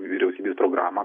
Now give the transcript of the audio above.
vyriausybės programą